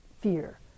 fear